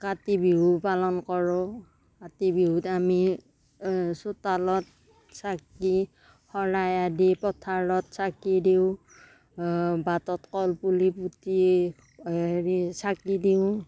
কাতি বিহু পালন কৰোঁ কাতি বিহুত আমি চোতালত চাকি শৰাই আদি পথাৰত চাকি দিওঁ বাটত কলপুলি পুতি হেৰি চাকি দিওঁ